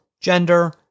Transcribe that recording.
gender